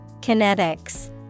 Kinetics